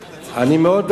אם פגעתי, אני מתנצל.